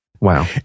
Wow